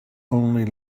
only